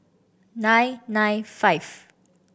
nine nine five